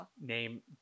name